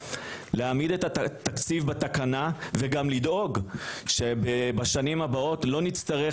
להעמיד את התקציב בתקנה וגם לדאוג שבשנים הבאות לא נצטרך